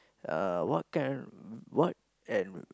uh what kind what and